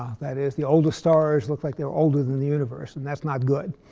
that is, the oldest stars look like they're older than the universe. and that's not good.